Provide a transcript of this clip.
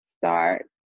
start